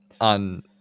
on